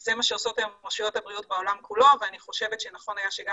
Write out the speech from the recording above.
זה מה שעושות היום רשויות הבריאות בעולם כולו ואני חושבת שנכון היה שגם